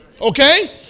Okay